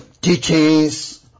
teachings